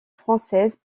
française